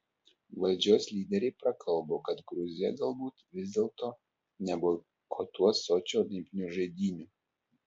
valdžios lyderiai prakalbo kad gruzija galbūt vis dėlto neboikotuos sočio olimpinių žaidynių